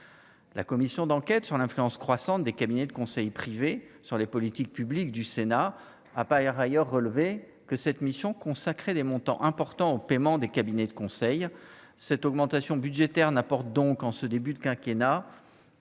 la commission d'enquête sur l'influence croissante des cabinets de conseil privés sur les politiques publiques du Sénat a par ailleurs relevé que cette mission consacré des montants importants au paiement des cabinets de conseil, cette augmentation budgétaire n'apporte donc en ce début de quinquennat